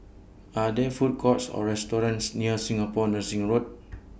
Are There Food Courts Or restaurants near Singapore Nursing Road